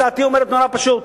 הצעתי אומרת דבר נורא פשוט: